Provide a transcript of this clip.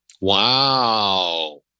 Wow